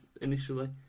initially